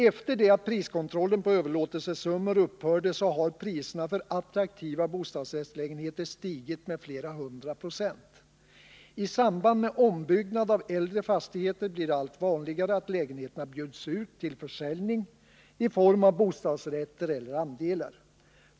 Efter det att priskontrollen på överlåtelsesummorna upphörde har priserna på attraktiva bostadsrättslägenheter stigit med flera hundra procent. I samband med ombyggnad av äldre fastigheter blir det allt vanligare att lägenheterna bjuds ut till f jning i form av bostadsrätter eller andelar.